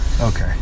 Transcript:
Okay